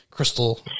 Crystal